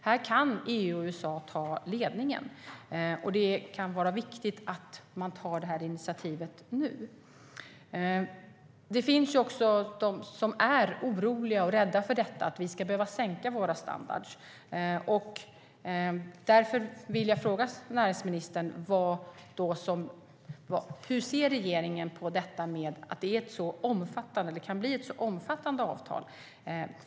Här kan EU och USA ta ledningen, och det kan vara viktigt att ta detta initiativ nu. Det finns de som är oroliga och rädda för att vi ska behöva sänka våra standarder. Låt mig därför fråga näringsministern hur regeringen ser på att det kan bli ett så omfattande avtal.